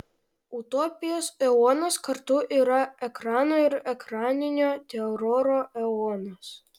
utopijos eonas kartu yra ekrano ir ekraninio teroro eonas